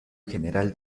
general